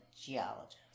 geologist